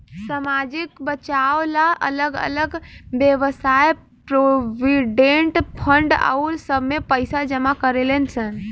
सामाजिक बचाव ला अलग अलग वयव्साय प्रोविडेंट फंड आउर सब में पैसा जमा करेलन सन